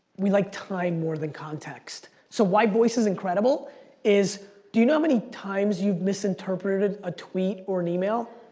we like time more than context. so why voice is incredible is, do you know how many times you misinterpreted a tweet or an email?